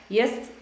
jest